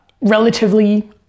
relatively